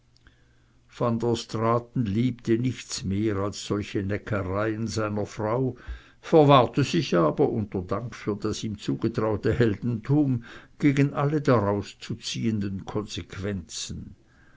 liebte nichts mehr als solche neckereien seiner frau verwahrte sich aber unter dank für das ihm zugetraute heldentum gegen alle daraus zu ziehenden konsequenzen